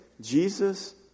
Jesus